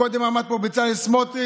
קודם עמד פה בצלאל סמוטריץ'